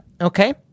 okay